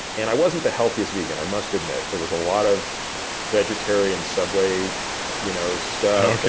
and i wasn't the healthiest vegan, i must admit. there was a lot of vegetarian subway you know stuff.